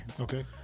Okay